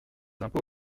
impôts